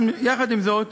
עם זאת,